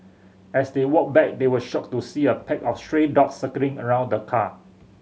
as they walked back they were shocked to see a pack of stray dogs circling around the car